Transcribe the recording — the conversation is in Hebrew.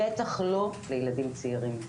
בטח לא בילדים צעירים.